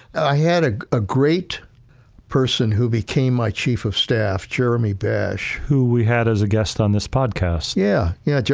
i had ah a great person who became my chief of staff, jeremy bash. who we had as a guest on this podcast. yeah, yeah.